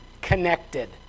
connected